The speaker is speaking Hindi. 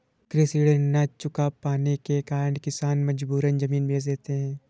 कृषि ऋण न चुका पाने के कारण किसान मजबूरन जमीन बेच देते हैं